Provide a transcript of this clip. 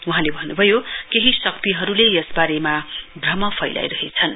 वहाँले भन्नुभयो केही शक्तिहरूले यसबारेमा भ्रम फैलाइरहेछन्